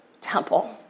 temple